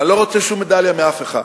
אני לא רוצה שום מדליה מאף אחד.